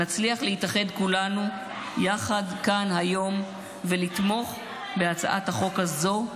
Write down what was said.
נצליח להתאחד כולנו יחד כאן היום ולתמוך בהצעת החוק הזאת,